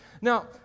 Now